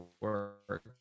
work